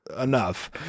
enough